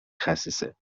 خسیسه